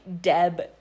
Deb